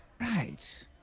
Right